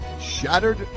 Shattered